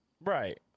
Right